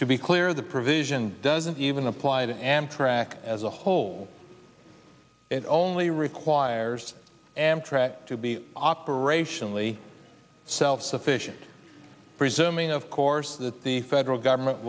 to be clear the provision doesn't even apply to amtrak as a whole it only requires an track to be operationally self sufficient presuming of course that the federal government